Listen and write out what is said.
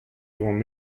oamp